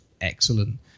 excellent